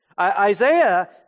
Isaiah